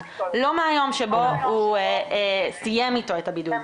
לא מהיום שבו הוא סיים איתו את הבידוד.